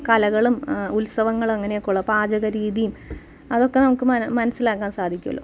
കലകളും ഉത്സവങ്ങൾ അങ്ങനെ ഒക്കെ ഉള്ള പാചക രീതിയും അതൊക്കെ നമുക്ക് മനസ്സിലാക്കാൻ സാധിക്കുമല്ലോ